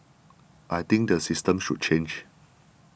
I think the system should change